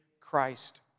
Christ